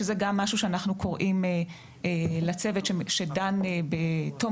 שזה גם משהו שאנחנו קוראים לצוות שדן בתום